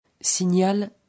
Signal